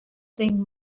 thing